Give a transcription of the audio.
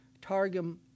Targum